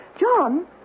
John